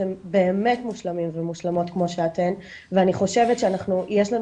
אתם באמת מושלמים ומושלמות כמו שאתם ואני חושבת שאנחנו שיש לנו